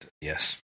yes